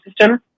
system